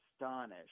astonished